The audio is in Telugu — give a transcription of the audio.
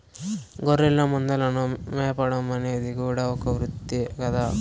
గొర్రెల మందలను మేపడం అనేది కూడా ఒక వృత్తే కదా